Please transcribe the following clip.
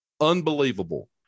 Unbelievable